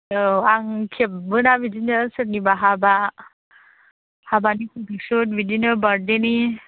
औ आं खेबोना बिदिनो सोरनिबा हाबा हाबानि फट'सुट बिदिनो बार्टदेनि